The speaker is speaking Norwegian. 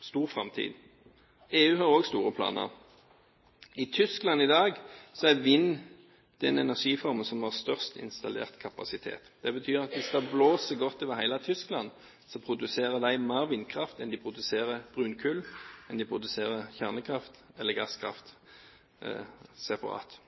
stor framtid. EU har også store planer. I Tyskland i dag er vind den energiformen som har størst installert kapasitet. Det betyr at når det blåser godt over hele Tyskland, produserer de mer vindkraft enn de produserer brunkull, kjernekraft eller gasskraft separat.